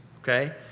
okay